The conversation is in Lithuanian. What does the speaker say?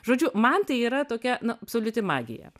žodžiu man tai yra tokia absoliuti magija